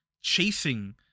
chasing